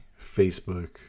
Facebook